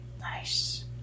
Nice